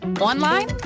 online